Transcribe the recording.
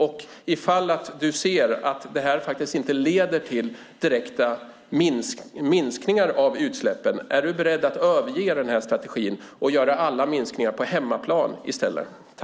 Om du ser att detta inte leder till direkta minskningar av utsläppen är du då beredd att överge strategin och göra alla minskningar på hemmaplan i stället?